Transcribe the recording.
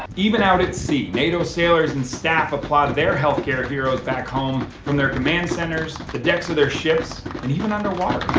um even out at sea, nato sailors and staff applauded their health care heroes back home from their command centers the decks of their ships and even underwater.